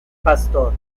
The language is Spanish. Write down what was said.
pastor